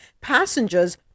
Passengers